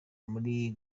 muri